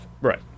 Right